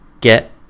get